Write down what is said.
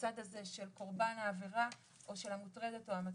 מהצד הזה של קורבן העבירה או של המוטרדת או המוטרד,